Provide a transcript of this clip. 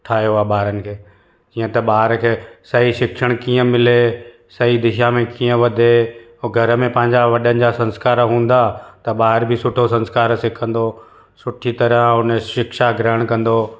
ठाहियो आहे ॿारनि खे हीअं त ॿार खे सही शिक्षण कीअं मिले सही दिशा में कीअं वधे ऐं घर में पंहिंजा वॾनि जा संस्कार हूंदा त ॿार बि सुठो संस्कार सिखंदो सुठी तरह हुन शिक्षा ग्रहण कंदो